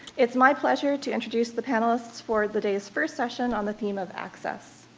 it's my pleasure to introduce the panelists for the day's first session on the theme of access.